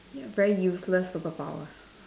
ya very useless superpower